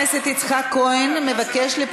התשע"ו 2016, עברה בקריאה